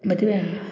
ಮದುವೆ